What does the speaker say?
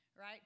right